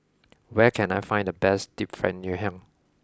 where can I find the best Deep Fried Ngoh Hiang